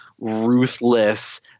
ruthless